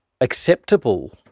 acceptable